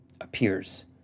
appears